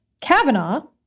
Kavanaugh